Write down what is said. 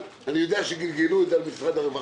אלה שסובלים מאלרגיה מסכנת חיים.